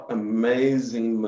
amazing